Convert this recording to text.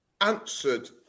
answered